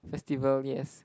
festival yes